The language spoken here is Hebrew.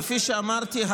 כפי שאמרתי,